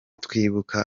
twibuka